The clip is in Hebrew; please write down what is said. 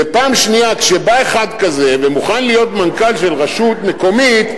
פעם שנייה כשבא אחד כזה ומוכן להיות מנכ"ל של רשות מקומית,